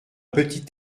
petit